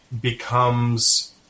becomes